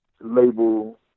label